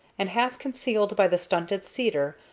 and, half concealed by the stunted cedar,